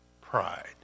Pride